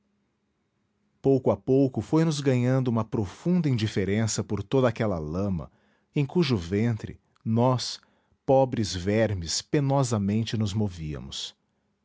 pouco a pouco foi nos ganhando uma profunda indiferença por toda aquela lama em cujo ventre nós pobres vermes penosamente nos movíamos